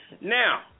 Now